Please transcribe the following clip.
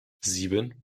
sieben